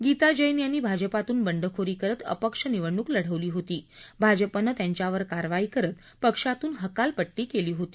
गीता जैन यांनी भाजपातून बंडखोरी करत अपक्ष निवडणूक लढवली होती भाजपनं त्यांच्यावर कारवाई करत पक्षातून हकालपट्टी केली होती